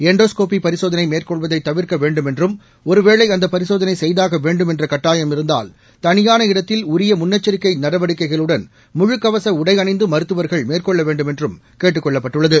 endoscopy பரிசோதனை மேற்கொள்வதை தவிர்க்க வேண்டும் என்றும் ஒருவேளை அந்த பரிசோதனை செய்தாக வேண்டும் என்ற கட்டாயம் இருந்தால் தனியான இடத்தில் உரிய முன்னெச்சிக்கை நடவடிக்கைகளுடன் முழுக்கவச உளட அணிந்து மருத்துவர்கள் மேற்கொள்ள வேண்டும் என்றும் கேட்டுக் கொள்ளப்பட்டுள்ளது